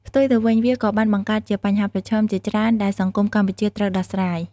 ផ្ទុយទៅវិញ វាក៏បានបង្កើតជាបញ្ហាប្រឈមជាច្រើនដែលសង្គមកម្ពុជាត្រូវដោះស្រាយ។